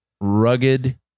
rugged